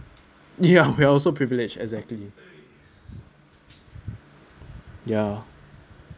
ya we're also privileged exactly ya